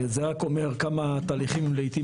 זה רק אומר כמה התהליכים הם לעיתים